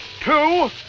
two